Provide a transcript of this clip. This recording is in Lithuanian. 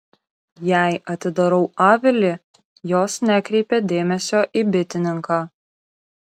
jei atidarau avilį jos nekreipia dėmesio į bitininką